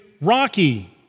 rocky